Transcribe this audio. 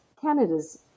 Canada's